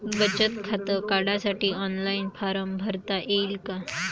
बचत खातं काढासाठी ऑफलाईन फारम भरता येईन का?